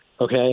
Okay